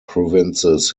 provinces